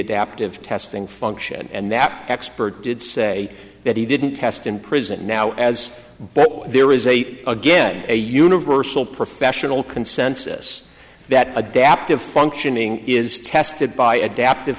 adaptive testing function and knapp expert did say that he didn't test in prison now as but there is a again a universal professional consensus that adaptive functioning is tested by adaptive